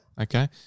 Okay